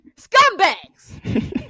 Scumbags